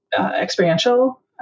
experiential